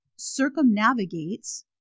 circumnavigates